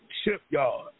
shipyard